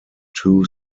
two